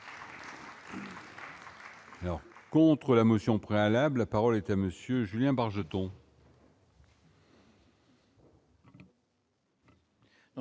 Non. Contre la motion préalable, la parole est à monsieur Julien Bargeton.